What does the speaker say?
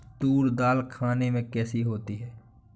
तूर दाल खाने में कैसी होती है?